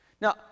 Now